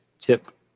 tip